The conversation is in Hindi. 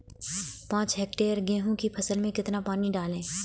पाँच हेक्टेयर गेहूँ की फसल में कितना पानी डालें?